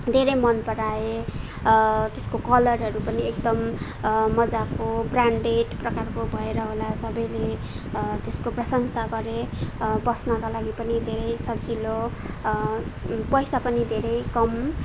धेरै मनपराए तेसको कलरहरू पनि एकदम मजाको ब्रान्डेड प्रकारको भएर होला सबैले त्यसको प्रशंसा गरे बस्नुका लागि पनि धेरै सजिलो पैसा पनि धेरै कम